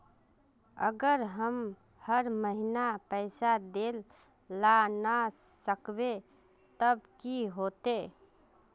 अगर हम हर महीना पैसा देल ला न सकवे तब की होते?